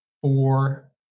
four